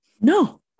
No